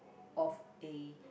of a